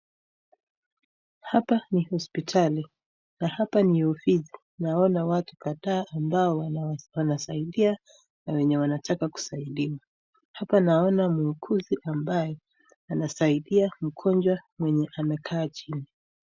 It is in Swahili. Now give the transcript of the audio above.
Hapa ni hospitali na hapa ni ofisi na hapa naona watu kadhaa ambao wanasaidia na wenye wanataka kusaidiwa, hapa naona muuguzi ambaye anasaidia mgonjwa mwenye amekaa chini.